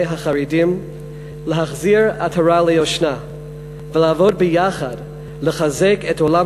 החרדים להחזיר עטרה ליושנה ולעבוד יחד לחזק את עולם